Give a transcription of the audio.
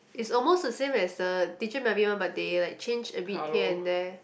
is almost the same as the teacher Melvin one but they like change a bit here and there